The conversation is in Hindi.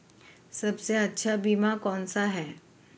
सबसे अच्छा बीमा कौनसा है?